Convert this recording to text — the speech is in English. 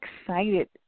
excited